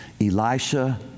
Elisha